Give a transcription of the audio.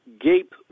gape